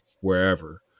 wherever